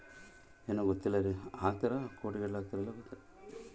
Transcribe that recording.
ಸರ್ಕಾರ ಬಜೆಟ್ ಮಂಡಳಿಯಲ್ಲಿ ಪ್ರತಿ ವರ್ಷ ಕೋಟಿಗಟ್ಟಲೆ ಹಣವನ್ನು ಮಿಲಿಟರಿ ಬಜೆಟ್ಗೆ ಹಾಕುತ್ತಾರೆ